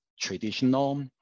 traditional